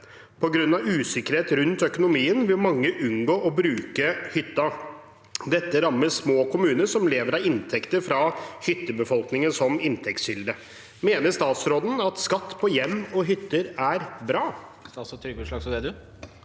På grunn av usikkerhet rundt økonomien vil mange unngå å bruke hytta. Dette rammer små kommuner som lever av inntekter fra hyttebefolkningen som inntektskilde. Mener statsråden at skatt på hjem og hytter er bra?»